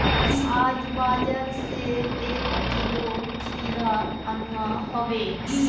आज बाजार स एक किलो खीरा अनवा हबे